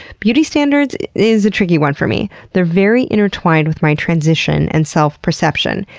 beauty standards is a tricky one for me. they're very intertwined with my transition and self-perception.